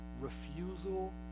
refusal